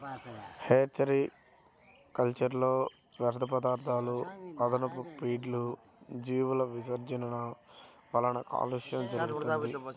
hatchery కల్చర్లో వ్యర్థపదార్థాలు, అదనపు ఫీడ్లు, జీవుల విసర్జనల వలన కాలుష్యం జరుగుతుంది